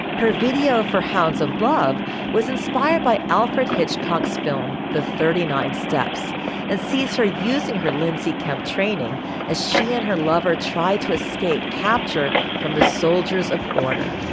her video for hounds of love was inspired by alfred hitchcock's film the thirty nine steps and sees her using her lindsay kemp training as she and her lover try to escape capture from the soldiers of order